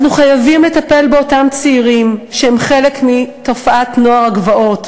אנחנו חייבים לטפל באותם צעירים שהם חלק מתופעת "נוער הגבעות".